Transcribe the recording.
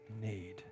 need